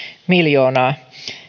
miljoonaa